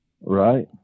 right